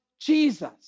Jesus